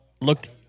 looked